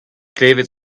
klevet